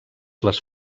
les